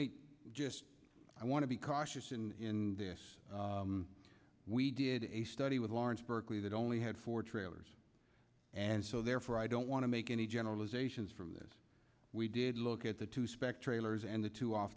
me just i want to be cautious in this we did a study with lawrence berkeley that only had four trailers and so therefore i don't want to make any generalizations from this we did look at the two spec trailers and the two off